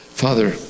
father